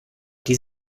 die